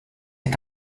est